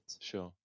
Sure